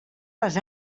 les